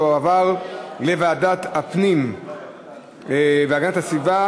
לדיון מוקדם בוועדת הפנים והגנת הסביבה